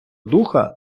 духа